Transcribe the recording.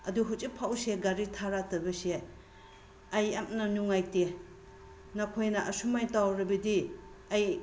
ꯑꯗꯨ ꯍꯧꯖꯤꯛꯐꯥꯎꯁꯦ ꯒꯥꯔꯤ ꯊꯥꯔꯛꯇꯕꯁꯦ ꯑꯩ ꯌꯥꯝꯅ ꯅꯨꯡꯉꯥꯏꯇꯦ ꯅꯈꯣꯏꯅ ꯑꯁꯨꯝꯃꯥꯏꯅ ꯇꯧꯔꯕꯗꯤ ꯑꯩ